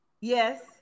Yes